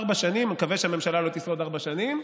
ארבע שנים, אני מקווה שהממשלה לא תשרוד ארבע שנים,